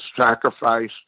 sacrifice